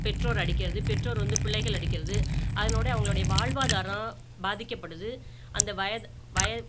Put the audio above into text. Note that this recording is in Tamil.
பெற்றோரை அடிக்கிறது பெற்றோர் வந்து பிள்ளைகளை அடிக்கிறது அதனோடய அவங்களுடைய வாழ்வாதாரம் பாதிக்கப்படுது அந்த வயது வய